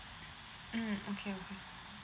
mm okay okay